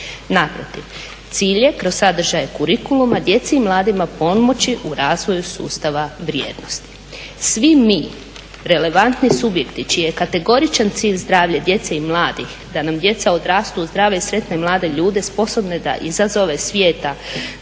Naprotiv, cilj je kroz sadržaje kurikuluma djeci i mladima pomoći u razvoju sustava vrijednosti. Svi mi relevantni subjekti čiji je kategoričan cilj zdravlje djece i mladih, da nam djeca odrastu u zdrave, sretne mlade ljude sposobne da uđu u izazove svijeta